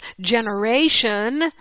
generation